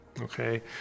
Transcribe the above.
Okay